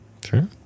sure